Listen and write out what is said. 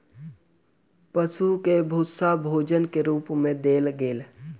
पशु के भूस्सा भोजन के रूप मे देल गेल